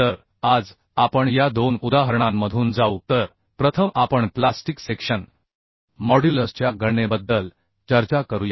तर आज आपण या दोन उदाहरणांमधून जाऊ तर प्रथम आपण प्लास्टिक सेक्शन मॉड्युलसच्या गणनेबद्दल चर्चा करूया